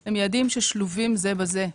הם יעדים ששלובים זה בזה.